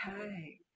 okay